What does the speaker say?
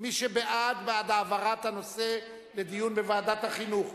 מי שבעד, בעד העברת הנושא לדיון בוועדת החינוך.